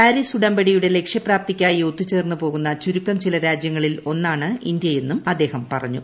Paris ഉടമ്പടിയുടെ ്ട് ലക്ഷ്യ്പ്രാപ്തിക്കായി ഒത്തുചേർന്ന് പോകുന്ന ചുരുക്കം ചില്ച് രാജ്യങ്ങളിൽ ഒന്നാണ് ഇന്ത്യയെന്നും അദ്ദേഹം പറഞ്ഞു